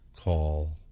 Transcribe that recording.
Call